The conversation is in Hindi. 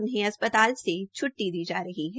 उन्हें अस्पताल से छ्टटी दी जा रही है